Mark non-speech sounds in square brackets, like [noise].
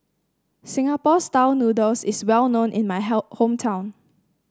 Singapore style noodles is well known in my [unintelligible] hometown